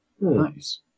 Nice